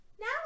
now